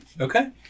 Okay